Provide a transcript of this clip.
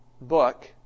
book